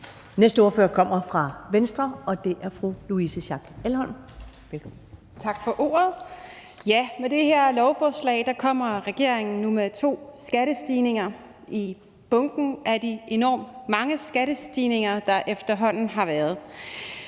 Elholm. Velkommen. Kl. 13:25 (Ordfører) Louise Schack Elholm (V): Tak for ordet. Med det her lovforslag kommer regeringen nu to skattestigninger i bunken af de enormt mange skattestigninger, der efterhånden er blevet